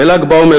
בל"ג בעומר,